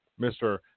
Mr